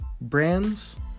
brands